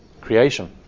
Creation